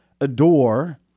adore